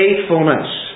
faithfulness